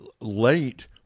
late